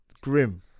Grim